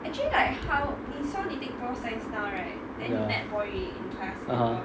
ya (uh huh)